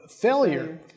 failure